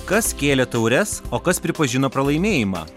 kas kėlė taures o kas pripažino pralaimėjimą